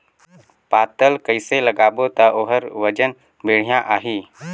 पातल कइसे लगाबो ता ओहार वजन बेडिया आही?